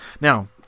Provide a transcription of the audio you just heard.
Now